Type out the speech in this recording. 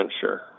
sure